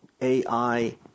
AI